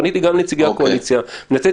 פניתי גם לנציגי הקואליציה ואני מנצל את